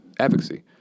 advocacy